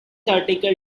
article